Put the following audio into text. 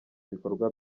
ibikorwa